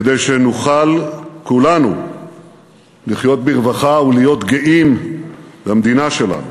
כדי שנוכל כולנו לחיות ברווחה ולהיות גאים במדינה שלנו.